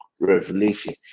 revelation